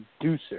producer